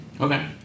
Okay